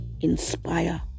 inspire